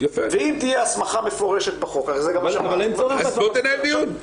ואם תהיה הסמכה מפורשת בחוק --- אז בוא תנהל דיון.